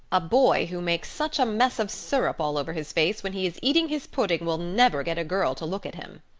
a boy who makes such a mess of syrup all over his face when he is eating his pudding will never get a girl to look at him,